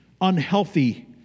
unhealthy